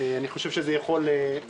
אני מוחה על כריכת הדברים